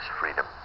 freedom